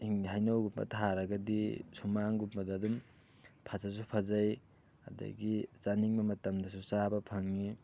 ꯍꯩꯅꯧꯒꯨꯝꯕ ꯊꯥꯔꯒꯗꯤ ꯁꯨꯃꯥꯡꯒꯨꯝꯕꯗ ꯑꯗꯨꯝ ꯐꯖꯁꯨ ꯐꯖꯩ ꯑꯗꯒꯤ ꯆꯥꯅꯤꯡꯕ ꯃꯇꯝꯗꯁꯨ ꯆꯥꯕ ꯐꯪꯉꯤ